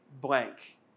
blank